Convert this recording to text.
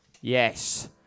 Yes